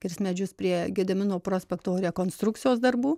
kirst medžius prie gedimino prospekto rekonstrukcijos darbų